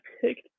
picked